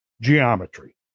Geometry